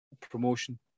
promotion